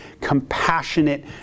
compassionate